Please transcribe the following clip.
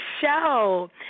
show